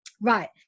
right